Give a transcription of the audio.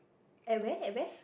at where at where